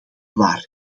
waar